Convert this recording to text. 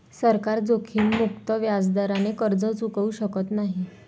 सरकार जोखीममुक्त व्याजदराने कर्ज चुकवू शकत नाही